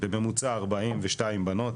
בממוצע ל-42 בנות,